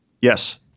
Yes